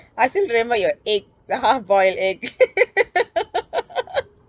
I still remember your egg the half boiled egg